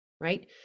right